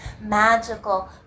magical